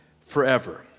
forever